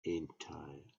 entire